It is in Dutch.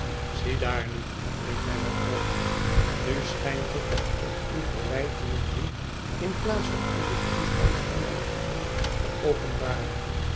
ziedaar nu i riep hij wanhopig nu schijnt het dat ik u verwijtingen doe in plaats van u den toestand van mijn gemoed te openbaren